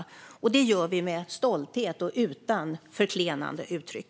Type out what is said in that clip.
Det gör vi med stolthet och utan förklenande uttryck.